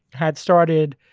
had started,